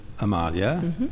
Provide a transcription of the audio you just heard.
Amalia